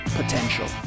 potential